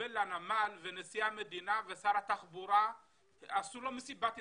שהתקבל לנמל ונשיא המדינה ושר התחבורה עשו לו מסיבת עיתונאים.